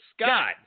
Scott